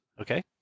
Okay